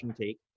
take